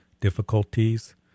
difficulties